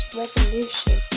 revolution